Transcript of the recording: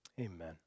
Amen